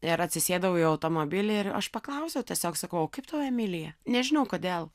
ir atsisėdau į automobilį ir aš paklausiau tiesiog sakau o kaip tau emilija nežinau kodėl